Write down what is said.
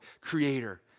creator